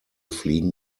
fliegen